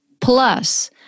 Plus